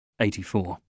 84